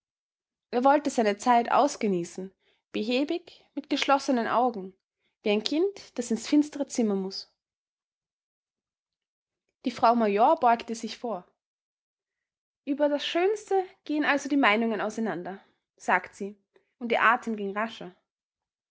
er wollte seine zeit ausgenießen behäbig mit geschlossenen augen wie ein kind das ins finstere zimmer muß die frau major beugte sich vor über das schönste gehen also die meinungen auseinander sagte sie und ihr atem ging rascher